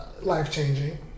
life-changing